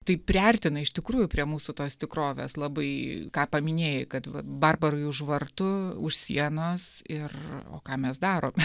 tai priartina iš tikrųjų prie mūsų tos tikrovės labai ką paminėjai kad barbarai už vartų už sienos ir o ką mes darome